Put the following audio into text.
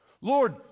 Lord